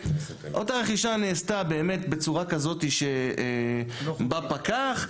אותה רכישה נעשתה באמת בצורה כזאת שבא פקח,